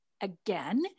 Again